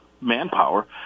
manpower